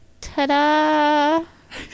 ta-da